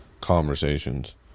conversations